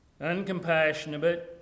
uncompassionate